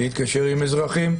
להתקשר עם אזרחים,